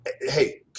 hey